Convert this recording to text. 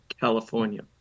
California